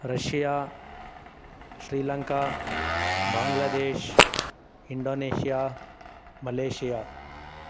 Russia Sri Lanka Bangladesh Indonesia Malaysia